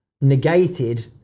negated